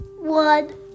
One